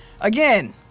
Again